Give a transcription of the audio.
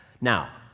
Now